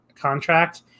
contract